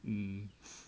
um